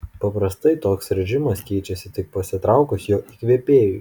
paprastai toks režimas keičiasi tik pasitraukus jo įkvėpėjui